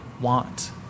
want